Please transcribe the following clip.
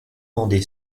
mandé